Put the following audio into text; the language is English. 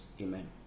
Amen